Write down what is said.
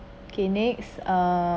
okay next uh